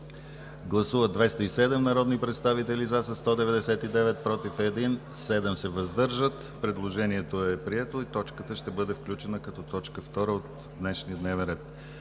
Гласували 207 народни представители: за 199, против 1, въздържали се 7. Предложението е прието и точката ще бъде включена като точка втора от днешния дневен ред.